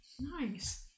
Nice